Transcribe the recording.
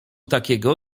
takiego